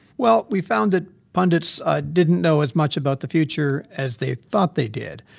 well, we found that pundits didn't know as much about the future as they thought they did.